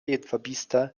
jedwabiste